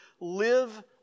Live